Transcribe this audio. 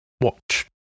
watch